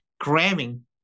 cramming